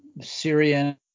Syrian—